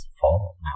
fall